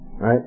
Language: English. Right